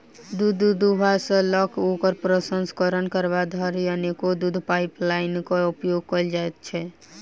दूध दूहबा सॅ ल क ओकर प्रसंस्करण करबा धरि अनेको दूधक पाइपलाइनक उपयोग कयल जाइत छै